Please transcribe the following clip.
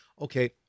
okay